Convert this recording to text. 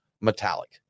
metallic